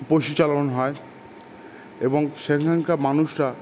পশুচালন হয় এবং সেখানকার মানুষরা